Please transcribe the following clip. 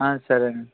సరేనండి